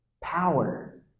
power